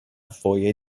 foje